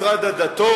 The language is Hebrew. את משרד הדתות,